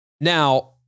Now